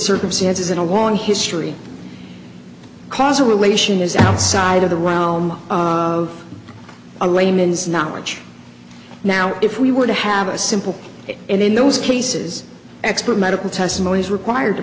circumstances and a long history because a relation is outside of the round of a layman's knowledge now if we were to have a simple and in those cases expert medical testimony is required to